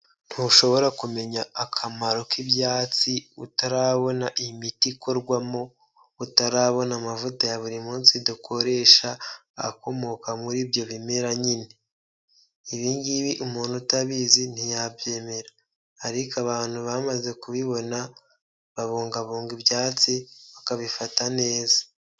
Ntushobora kumenya akamaro k'ibyatsi utarabona imiti ikorwamo, utarabona amavuta ya buri munsi dukoresha akomoka muri ibyo bimera nyine, ibingibi umuntu utabizi ntiyabyemera, ariko abantu bamaze kubibona, babungabunga ibyatsi bakabifata neza.